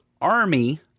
army